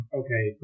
okay